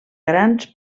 grans